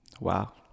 Wow